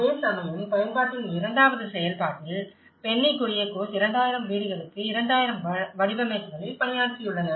அதேசமயம் பயன்பாட்டின் இரண்டாவது செயல்பாட்டில் பென்னி குரியகோஸ் 2000 வீடுகளுக்கு 2000 வடிவமைப்புகளில் பணியாற்றியுள்ளனர்